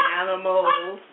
animals